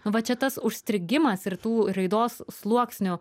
va čia tas užstrigimas ir tų raidos sluoksnių